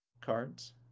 cards